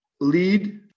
lead